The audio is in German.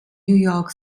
york